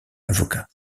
avocat